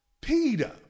Peter